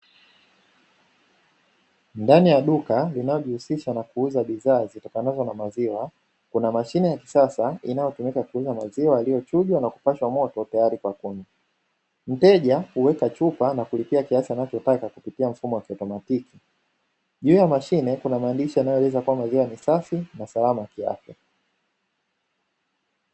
Ndani ya duka linalojihusisha na kuuza bidhaa zitokanazo na maziwa, kuna mashine ya kisasa inayotumika kuuza maziwa yaliyochujwa na kupashwa moto tayari kwa kunywa. Mteja huweka chupa na kulipia kiasi anachotaka kupitia mfumo wa kiautomatiki. Juu ya mashine kuna maandishi yanayoeleza kuwa maziwa ni safi na salama kiafya.